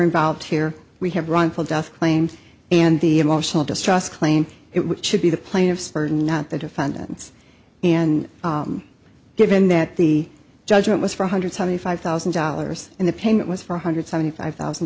involved here we have wrongful death claim and the emotional distress claim it should be the plaintiffs are not the defendants and given that the judgment was four hundred seventy five thousand dollars and the payment was four hundred seventy five thousand